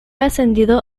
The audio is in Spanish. ascendido